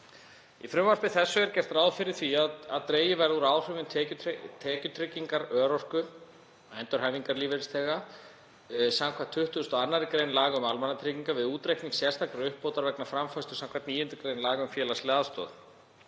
Í frumvarpi þessu er gert ráð fyrir því að dregið verði úr áhrifum tekjutryggingar örorku- og endurhæfingarlífeyrisþega, skv. 22. gr. laga um almannatryggingar, við útreikning sérstakrar uppbótar vegna framfærslu, skv. 9. gr. laga um félagslega aðstoð.